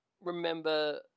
remember